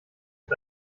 mit